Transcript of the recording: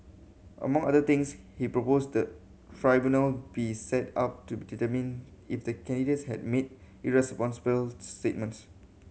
among other things he proposed the tribunal be set up to be determine if the candidate has made irresponsible statements